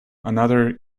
another